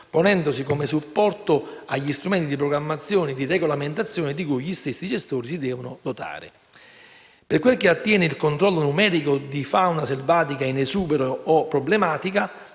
ponendosi come supporto agli strumenti di programmazione e regolamentazione di cui gli stessi gestori si devono dotare. Per quel che attiene il controllo numerico di fauna selvatica in esubero o problematica